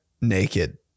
naked